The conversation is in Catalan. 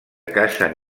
cacen